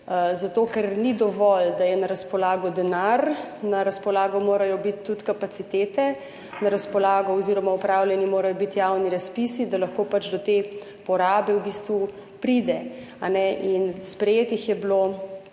Zato ker ni dovolj, da je na razpolago denar, na razpolago morajo biti tudi kapacitete, na razpolago oziroma opravljeni morajo biti javni razpisi, da lahko do te porabe pride. Sprejetih je bilo